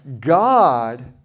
God